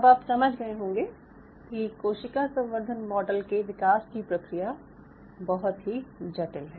अब आप समझ गए होंगे कि कोशिका संवर्धन मॉडल के विकास की प्रक्रिया बहुत ही जटिल है